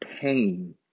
pain